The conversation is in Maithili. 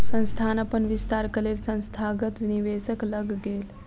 संस्थान अपन विस्तारक लेल संस्थागत निवेशक लग गेल